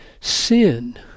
sin